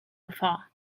far